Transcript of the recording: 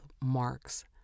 marks